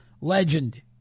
legend